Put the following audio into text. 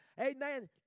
amen